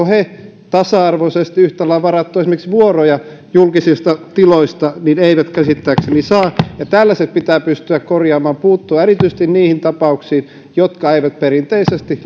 he tasa arvoisesti yhtä lailla varattua esimerkiksi vuoroja julkisista tiloista eivät käsittääkseni saa tällaiset pitää pystyä korjaamaan puuttua erityisesti niihin tapauksiin jotka eivät perinteisesti